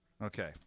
Okay